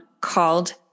called